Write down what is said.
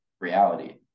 reality